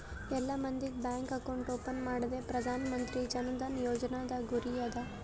ಎಲ್ಲಾ ಮಂದಿಗ್ bank account open ಮಾಡದೆ ಪ್ರಧಾನ್ ಮಂತ್ರಿ ಜನ್ ಧನ ಯೋಜನಾದು ಗುರಿ ಅದ